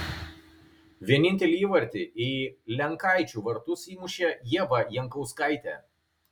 vienintelį įvartį į lenkaičių vartus įmušė ieva jankauskaitė